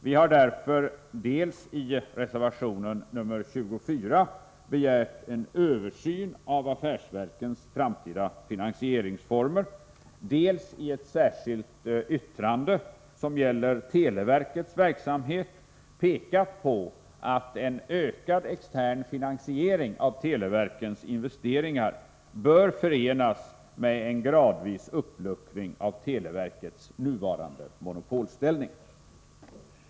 Vi har därför dels i reservation 24 begärt en översyn av affärsverkens framtida finansieringsformer, dels i ett särskilt yttrande som gäller televerkets verksamhet pekat på att en ökad extern finansiering av televerkets investeringar bör förenas med en gradvis uppluckring av televerkets nuvarande monopolställning.